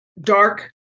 Dark